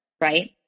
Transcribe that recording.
right